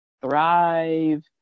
thrive